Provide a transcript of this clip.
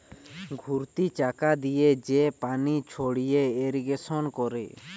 ঘুরতি চাকা দিয়ে যে পানি ছড়িয়ে ইরিগেশন করে